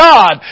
God